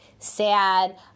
sad